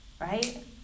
right